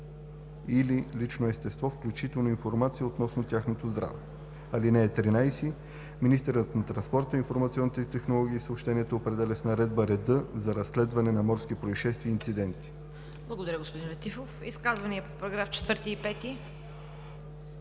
или лично естество, включително информация относно тяхното здраве. (13) Министърът на транспорта, информационните технологии и съобщенията определя с наредба реда за разследване на морски произшествия и инциденти.“ ПРЕДСЕДАТЕЛ ЦВЕТА КАРАЯНЧЕВА: Благодаря, господин Летифов. Изказвания по § 4 и 5?